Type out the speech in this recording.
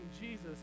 Jesus